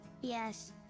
yes